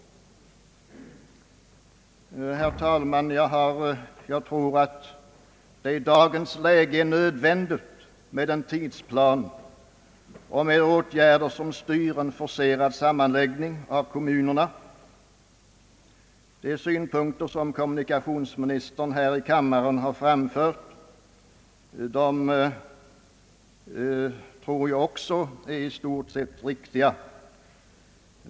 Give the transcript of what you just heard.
Herr talman! Jag tror att det i dagens läge är nödvändigt med en tidsplan och med åtgärder som styr en forcerad sammanläggning av kommunerna. De synpunkter som kommunikationsministern här i kammaren har framfört tror jag också är i stort sett riktiga.